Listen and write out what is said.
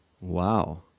wow